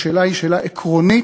והשאלה היא שאלה עקרונית,